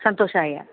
सन्तोषाय